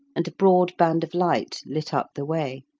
and a broad band of light lit up the way.